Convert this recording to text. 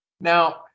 now